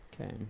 okay